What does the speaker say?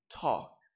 Talk